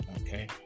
Okay